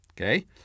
Okay